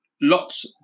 lots